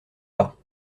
pas